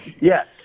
Yes